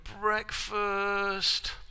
breakfast